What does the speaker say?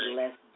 less